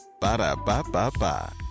Ba-da-ba-ba-ba